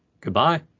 Goodbye